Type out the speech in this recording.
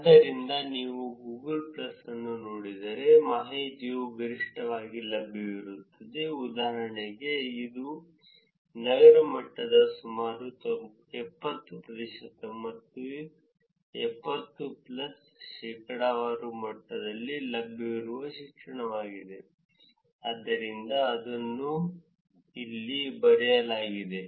ಆದ್ದರಿಂದ ನೀವು Google plus ಅನ್ನು ನೋಡಿದರೆ ಮಾಹಿತಿಯು ಗರಿಷ್ಠವಾಗಿ ಲಭ್ಯವಿರುತ್ತದೆ ಉದಾಹರಣೆಗೆ ಇದು ನಗರ ಮಟ್ಟದಲ್ಲಿ ಸುಮಾರು 70 ಪ್ರತಿಶತ ಅಥವಾ 70 ಪ್ಲಸ್ ಶೇಕಡಾವಾರು ಮಟ್ಟದಲ್ಲಿ ಲಭ್ಯವಿರುವ ಶಿಕ್ಷಣವಾಗಿದೆ ಆದ್ದರಿಂದ ಅದನ್ನು ಇಲ್ಲಿ ಬರೆಯಲಾಗಿದೆ